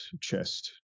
chest